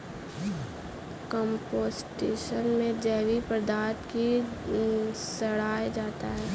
composting में जैविक पदार्थ को सड़ाया जाता है